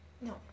No